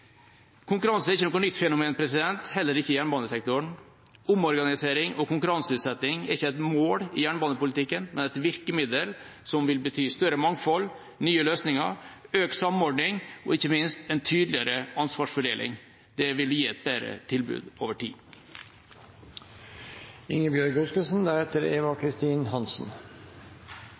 Konkurranse er ikke noe nytt fenomen, heller ikke i jernbanesektoren. Omorganisering og konkurranseutsetting er ikke et mål i jernbanepolitikken, men et virkemiddel som vil bety større mangfold, nye løsninger, økt samordning og ikke minst en tydeligere ansvarsfordeling. Det vil gi et bedre tilbud over tid.